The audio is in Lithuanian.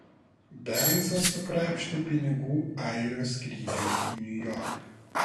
bernsas sukrapštė pinigų airio skrydžiui į niujorką